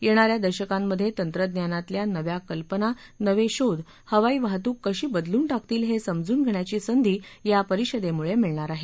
येणा या दशकांमध्ये तंत्रज्ञानातल्या नव्या कल्पना नवे शोध हवाई वाहतूक कशी बदलून टाकतील हे समजून घेण्याची संधी या परिषदेमुळे मिळणार आहे